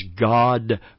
God